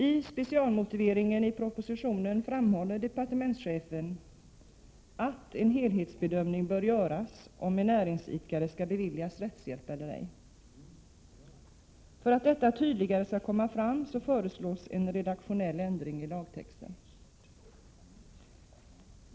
I specialmotiveringen i propositionen framhåller departementschefen att en helhetsbedömning bör göras av om en näringsidkare skall beviljas rättshjälp eller ej. För att detta tydligare skall komma fram föreslås en redaktionell ändring i lagtexten.